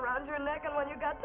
around her leg and when you got